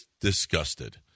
disgusted